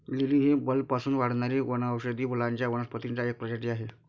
lily ही बल्बपासून वाढणारी वनौषधी फुलांच्या वनस्पतींची एक प्रजाती आहे